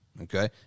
okay